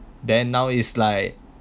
then now is like